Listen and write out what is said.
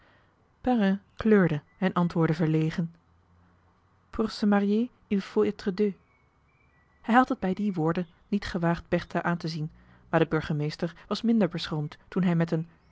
kleurde en antwoordde verlegen pour se marier il faut être deux hij had het bij die woorden niet gewaagd bertha aantezien maar de burgemeester was minder beschroomd toen hij met een